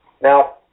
Now